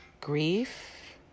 grief